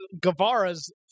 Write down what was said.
Guevara's